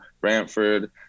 Brantford